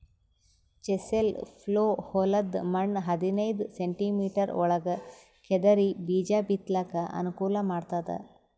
chisel plough ಹೊಲದ್ದ್ ಮಣ್ಣ್ ಹದನೈದ್ ಸೆಂಟಿಮೀಟರ್ ಒಳಗ್ ಕೆದರಿ ಬೀಜಾ ಬಿತ್ತಲಕ್ ಅನುಕೂಲ್ ಮಾಡ್ತದ್